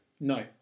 No